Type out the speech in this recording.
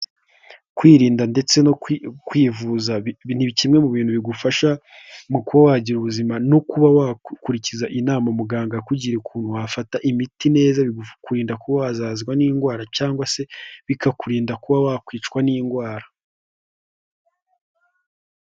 Kwirinda ndetse no kwivuza, ni kimwe mu bintu bigufasha mu ku wagira ubuzima, no kuba wakurikiza inama muganga yakugirye ukuntu wafata imiti neza, bikurinda kuba wazahazwa n'indwara cyangwa se bikakurinda kuba wakwicwa n'indwara.